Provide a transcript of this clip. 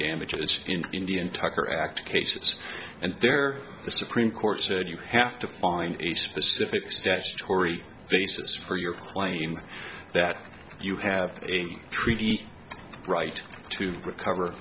damages in indian tucker act cases and there the supreme court said you have to find a specific statutory basis for your claim that you have a treaty right to recover